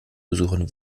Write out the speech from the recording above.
besuchern